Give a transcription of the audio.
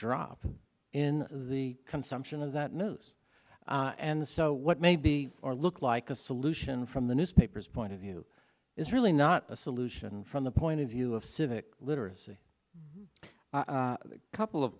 drop in the consumption of that news and so what may be our look like a solution from the newspapers point of view is really not a solution from the point of view of civic literacy a couple of